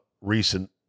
recent